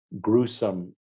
gruesome